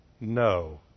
No